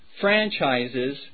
franchises